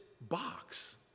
box